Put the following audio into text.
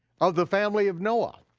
of the family of noah.